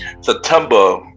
September